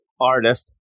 artist